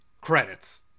Credits